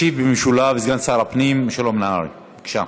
ישיב במשולב סגן שר הפנים משולם נהרי, בבקשה.